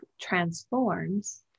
transforms